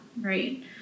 right